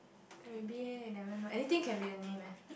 then maybe leh you never know anything can be a name leh